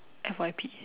F_Y_P